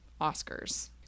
Oscars